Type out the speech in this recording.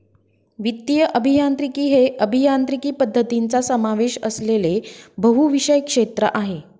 वित्तीय अभियांत्रिकी हे अभियांत्रिकी पद्धतींचा समावेश असलेले बहुविषय क्षेत्र आहे